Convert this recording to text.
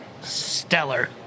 Stellar